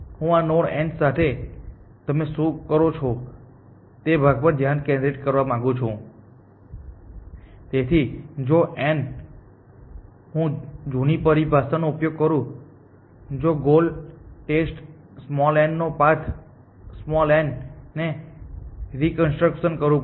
હું આ node n સાથે તમે શું કરો છો તે ભાગ પર ધ્યાન કેન્દ્રિત કરવા માંગુ છું તેથી જો n જો હું જૂની પરિભાષા નો ઉપયોગ કરું જો ગોલ ટેસ્ટ n તો પાથ n ને રિકન્સ્ટ્રક્શન કરવું પડશે